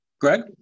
Greg